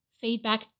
feedback